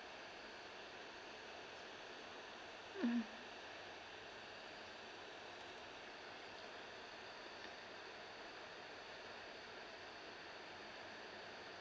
mm